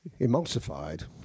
emulsified